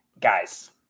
Guys